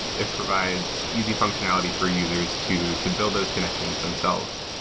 it provides easy functionality for users to to build those connections themselves.